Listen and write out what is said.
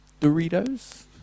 Doritos